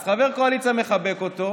אז חבר קואליציה מחבק אותו.